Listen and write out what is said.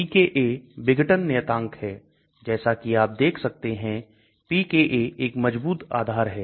pKa विघटन नियतांक है जैसा कि आप देख सकते हैं pKa एक मजबूत आधार है